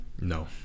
No